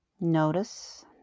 Notice